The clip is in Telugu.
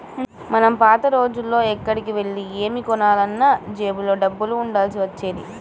మనం పాత రోజుల్లో ఎక్కడికెళ్ళి ఏమి కొనాలన్నా జేబులో డబ్బులు ఉండాల్సి వచ్చేది